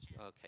Okay